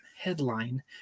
headline